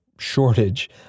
shortage